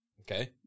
Okay